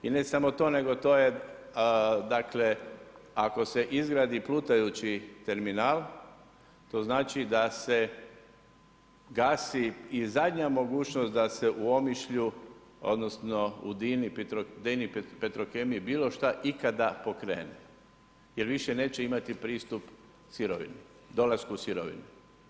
I ne samo to, nego to je dakle, ako se izgradi plutajući terminal, to znači da se gasi i zadnja mogućnost da se u Omišlju, odnosno u Dini Petrokemiji, bilo šta ikada pokrene, jer više neće imati pristup dolasku sirovini.